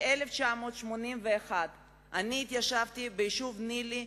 ב-1981 אני התיישבתי ביישוב ניל"י